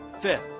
Fifth